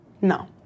No